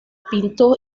pintó